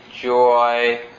joy